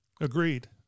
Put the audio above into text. Agreed